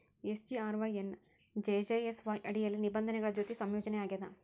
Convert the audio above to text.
SGRY ಎನ್ನಾ JJSY ಅಡಿಯಲ್ಲಿ ನಿಬಂಧನೆಗಳ ಜೊತಿ ಸಂಯೋಜನಿ ಆಗ್ಯಾದ